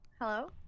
hello